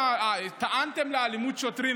טענתם לאלימות שוטרים.